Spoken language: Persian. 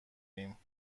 ایم